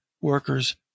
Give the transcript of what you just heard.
workers